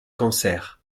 cancer